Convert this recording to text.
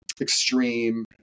extreme